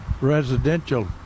residential